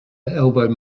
elbowed